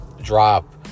Drop